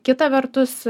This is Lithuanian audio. kita vertus